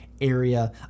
area